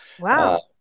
Wow